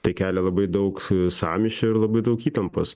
tai kelia labai daug sąmyšio ir labai daug įtampos